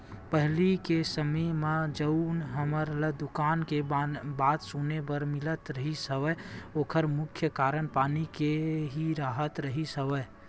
पहिली के समे म जउन हमन ल दुकाल के बात सुने बर मिलत रिहिस हवय ओखर मुख्य कारन पानी के ही राहत रिहिस हवय